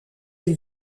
elle